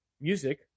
Music